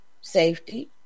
safety